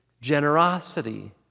generosity